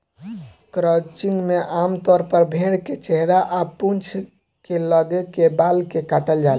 crutching में आमतौर पर भेड़ के चेहरा आ पूंछ के लगे के बाल के काटल जाला